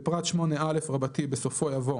"(ד)בפרט (8א) בסופו יבוא